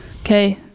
okay